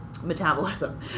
metabolism